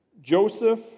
Joseph